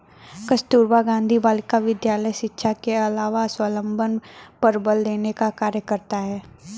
कस्तूरबा गाँधी बालिका विद्यालय शिक्षा के अलावा स्वावलम्बन पर बल देने का कार्य करता है